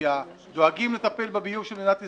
דואגים לטפל בביוב של מדינת ישראל,